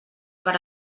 per